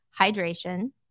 Hydration